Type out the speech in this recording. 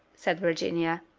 said virginia,